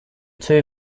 two